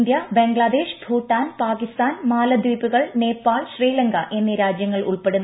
India Bangladesh Bhutan പാകിസ്ഥിന്റെ ്മാലദ്വീപുകൾ നേപ്പാൾ ശ്രീലങ്ക എന്നീ രാജ്യങ്ങൾ ഉൾപ്പെട്ടുന്നു